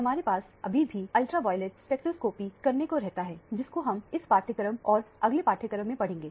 हमारे पास कभी भी अल्ट्रावॉयलेट स्पेक्ट्रोस्कोपी करने को रहता है जिसको हम इस पाठ्यक्रम और अगले पाठ्यक्रम में करने पड़ेंगे